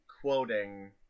quoting